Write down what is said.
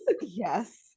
yes